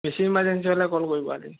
বেছি ইমাৰ্জেঞ্চি হ'লে কল কৰিব